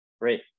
great